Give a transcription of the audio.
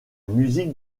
musique